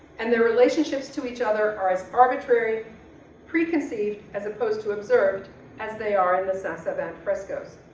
and their relationships to each other are as arbitrary preconceived, as opposed to observed as they are in the saint-savin frescoes.